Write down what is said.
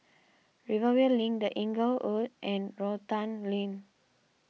Rivervale Link the Inglewood and Rotan Lane